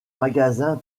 magasin